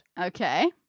Okay